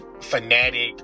fanatic